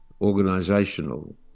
organizational